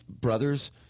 brothers